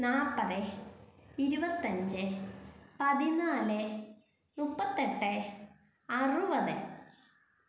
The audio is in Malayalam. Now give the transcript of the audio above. നാൽപ്പത് ഇരുപത്തിയഞ്ച് പതിനാല് മുപ്പത്തിയെട്ട് അറുപത്